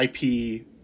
IP